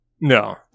No